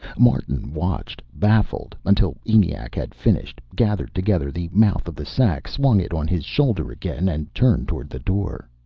martin watched, baffled, until eniac had finished, gathered together the mouth of the sack, swung it on his shoulder again, and turned toward the door.